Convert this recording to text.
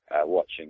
watching